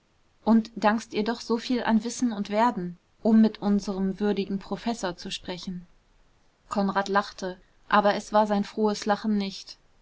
und dankst ihr doch so viel an wissen und werden um mit unserem würdigen professor zu sprechen konrad lachte aber es war sein frohes lachen nicht